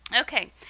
Okay